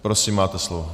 Prosím, máte slovo.